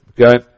okay